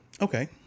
Okay